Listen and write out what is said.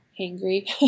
hangry